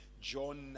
John